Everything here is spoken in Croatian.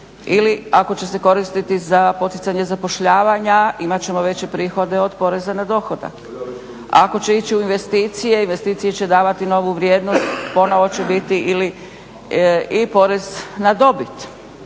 Ili ako će se koristiti za poticanje zapošljavanja imati ćemo veće prihode od poreza na dohodak. Ako će ići u investicije, investicije će davati novu vrijednost ponovno će biti i porez na dobit